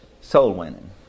soul-winning